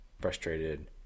frustrated